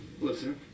Listen